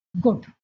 good